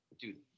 Dude